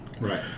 Right